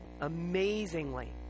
Amazingly